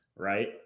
right